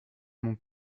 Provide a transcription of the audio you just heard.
mon